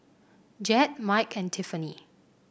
Jed Mike and Tiffani